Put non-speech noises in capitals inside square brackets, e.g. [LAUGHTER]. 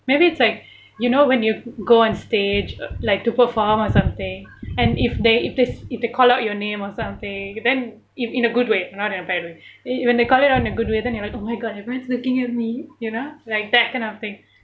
maybe it's like [BREATH] you know when you go on stage like to perform or something and if they if this if they call out your name or something then if in a good way not in a bad way [BREATH] when they call it on a good way then you'll like oh my god everyone's looking at me you know like that kind of thing